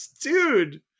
Dude